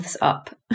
up